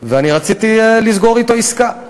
ורציתי לסגור אתו עסקה.